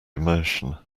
immersion